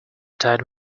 tide